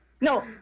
No